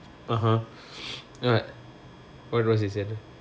(uh huh) what what was it he said